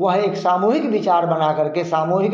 वह एक सामूहिक विचार बना करके सामूहिक